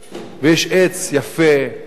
ויש עץ יפה, עתיק,